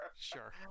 Sure